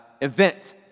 event